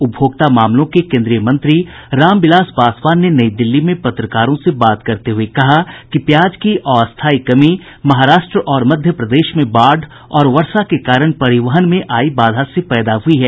उपभोक्ता मामलों के केन्द्रीय मंत्री रामविलास पासवान ने नई दिल्ली में पत्रकारों से बात करते हुए कहा कि प्याज की अस्थायी कमी महाराष्ट्र और मध्य प्रदेश में बाढ़ और वर्षा के कारण परिवहन में आई बाधा से पैदा हुई है